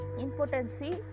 impotency